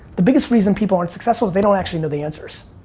the biggest reason people aren't successful is they don't actually know the answers.